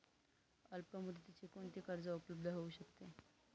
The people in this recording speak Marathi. अल्पमुदतीचे कोणते कर्ज उपलब्ध होऊ शकते?